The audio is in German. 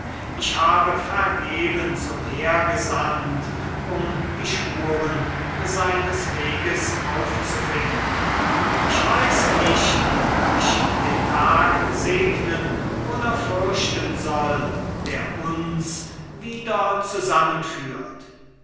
ich habe vergebens umhergesandt um die spuren seines weges aufzufinden ich weiß nicht ob ich den tag segnen oder fürchten soll der uns wieder zusammenführt